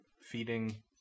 feeding